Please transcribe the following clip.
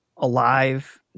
Alive